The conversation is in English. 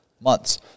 months